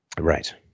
Right